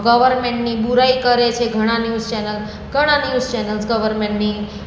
ગવર્મેન્ટની બુરાઈ કરે છે ઘણા ન્યૂઝ ચેનલ ઘણા ન્યૂઝ ચેનલ્સ ગવર્મેન્ટની